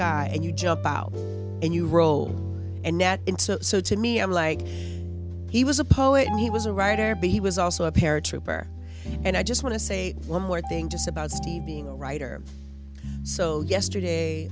sky and you jump out and you roll and net into so to me i'm like he was a poet and he was a writer but he was also a paratrooper and i just want to say one more thing to say about steve being a writer so yesterday